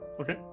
Okay